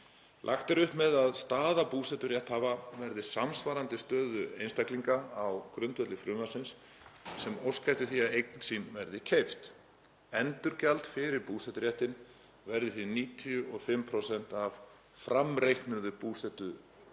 Lagt er upp með að staða búseturéttarhafa verði samsvarandi stöðu einstaklinga á grundvelli frumvarpsins sem óska eftir því að eign sín verði keypt. Endurgjald fyrir búseturéttinn verði því 95% af framreiknuðu búseturéttargjaldi